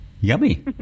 Yummy